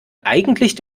eigentlich